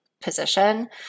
position